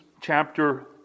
chapter